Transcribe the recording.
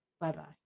Bye-bye